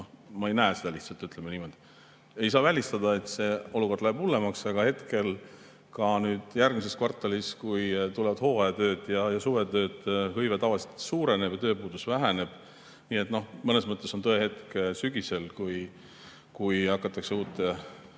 ma ei näe seda lihtsalt, ütleme niimoodi. Ei saa välistada, et see olukord läheb hullemaks, aga hetkel, ka järgmises kvartalis, kui tulevad hooajatööd ja suvetööd, hõive tavaliselt suureneb ja tööpuudus väheneb. Nii et mõnes mõttes on tõehetk sügisel, kui hakatakse uut